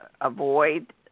avoid